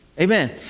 Amen